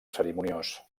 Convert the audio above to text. cerimoniós